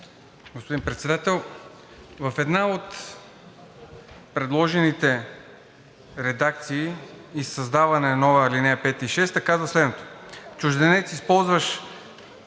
Господин Председател, в една от предложените редакции за създаване на нови ал. 5 и 6 се казва следното: „Чужденец, ползващ